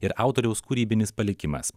ir autoriaus kūrybinis palikimas